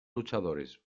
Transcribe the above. luchadores